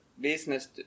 business